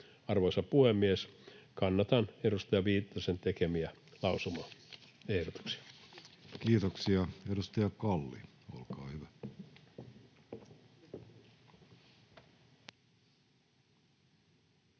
Arvoisa puhemies! Kannatan edustaja Viitasen tekemiä lausumaehdotuksia. Kiitoksia. — Edustaja Kalli, olkaa hyvä. Arvoisa